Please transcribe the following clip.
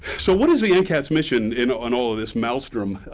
so, what is the ncats mission in and all of this maelstrom?